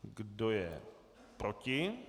Kdo je proti?